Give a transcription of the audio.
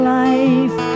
life